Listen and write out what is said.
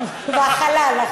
והחלל.